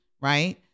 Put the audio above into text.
right